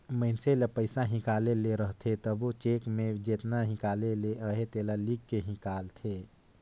मइनसे ल पइसा हिंकाले ले रहथे तबो चेक में जेतना हिंकाले ले अहे तेला लिख के हिंकालथे